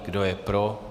Kdo je pro?